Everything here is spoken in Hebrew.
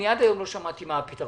אני עד היום לא שמעתי מה הפתרון,